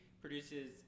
produces